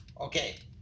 Okay